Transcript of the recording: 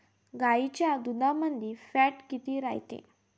गाईच्या दुधामंदी फॅट किती रायते?